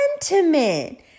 sentiment